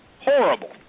Horrible